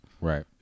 right